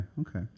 okay